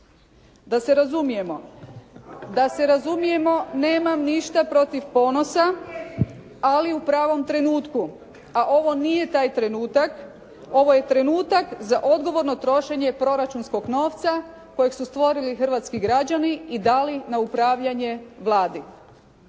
i gladni. Da se razumijemo, nemam ništa protiv ponosa ali u pravom trenutku a ovo nije taj trenutak. Ovo je trenutak za odgovorno trošenje proračunskog novca kojeg su stvorili hrvatski građani i dali na upravljanje Vladi.